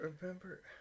remember